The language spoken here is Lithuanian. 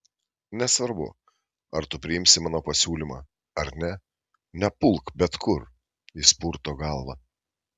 nesvarbu ar tu priimsi mano pasiūlymą ar ne nepulk bet kur jis purto galvą